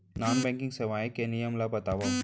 Non banking सेवाएं के नियम ला बतावव?